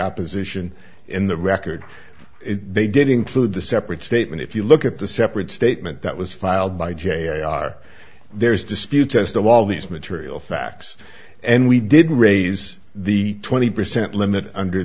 opposition in the record they did include the separate statement if you look at the separate statement that was filed by jr there is dispute test of all these material facts and we didn't raise the twenty percent limit under